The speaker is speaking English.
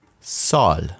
Sol